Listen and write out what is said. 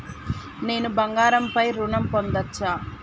నేను బంగారం పై ఋణం పొందచ్చా?